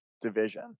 division